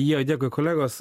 jo dėkui kolegos